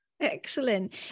Excellent